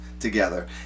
Together